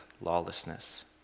lawlessness